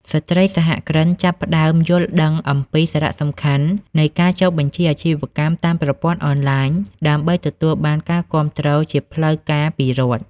ស្ត្រីសហគ្រិនចាប់ផ្តើមយល់ដឹងពីសារៈសំខាន់នៃការចុះបញ្ជីអាជីវកម្មតាមប្រព័ន្ធអនឡាញ ដើម្បីទទួលបានការគាំទ្រជាផ្លូវការពីរដ្ឋ។